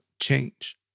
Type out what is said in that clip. change